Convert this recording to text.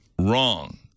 wrong